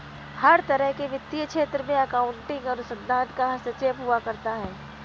हर तरह के वित्तीय क्षेत्र में अकाउन्टिंग अनुसंधान का हस्तक्षेप हुआ करता है